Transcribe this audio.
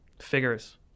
figures